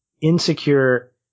insecure